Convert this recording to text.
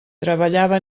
treballava